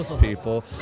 people